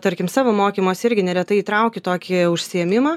tarkim savo mokymuose irgi neretai įtraukiu tokį užsiėmimą